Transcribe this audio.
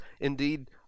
indeed